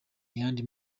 yandi